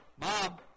Mom